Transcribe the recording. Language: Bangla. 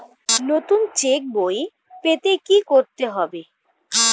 নতুন চেক বই পেতে কী করতে হবে?